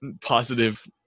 positive